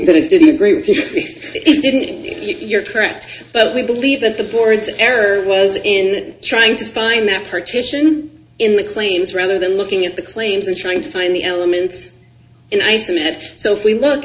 that it didn't agree with you if you're correct but we believe that the board's error was in trying to find that partition in the claims rather than looking at the claims and trying to find the elements and i submit so if we look